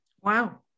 Wow